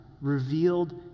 revealed